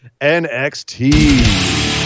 NXT